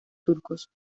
turcos